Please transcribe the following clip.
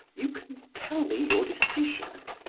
you can tell me your decision.